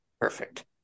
Perfect